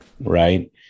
right